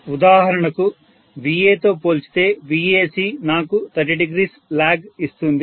ఉదాహరణకు VA తో పోల్చితే VAC నాకు 300 లాగ్ ఇస్తుంది